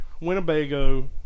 Winnebago